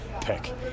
pick